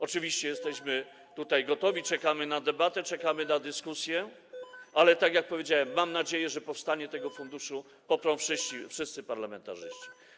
Oczywiście jesteśmy gotowi, czekamy na debatę, czekamy na dyskusję, ale tak jak powiedziałem, mam nadzieję, że powstanie tego funduszu poprą wszyscy parlamentarzyści.